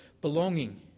belonging